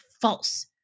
false